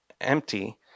empty